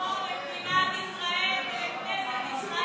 יום שחור למדינת ישראל וכנסת ישראל.